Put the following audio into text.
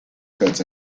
cuts